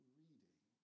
reading